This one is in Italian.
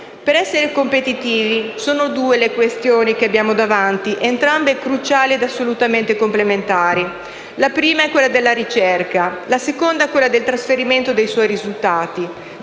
Per essere competitivi sono due le questioni che abbiamo davanti, entrambe cruciali e assolutamente complementari: la prima è quella della ricerca; la seconda è quella del trasferimento dei suoi risultati.